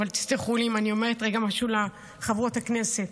אבל תסלחו לי אם אני אומרת רגע משהו לחברות הכנסת: